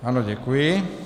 Ano, děkuji.